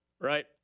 right